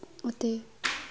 ਅਤੇ